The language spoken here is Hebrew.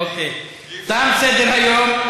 תם סדר-היום.